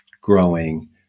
growing